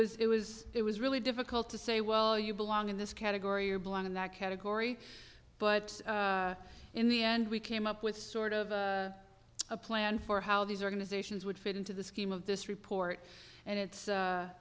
was it was it was really difficult to say well you belong in this category or belong in that category but in the end we came up with sort of a plan for how these organizations would fit into the scheme of this report and it's